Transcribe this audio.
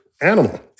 animal